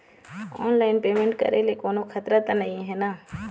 Online payment करे ले कोन्हो खतरा त नई हे न?